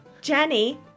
Jenny